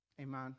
Amen